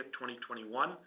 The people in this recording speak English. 2021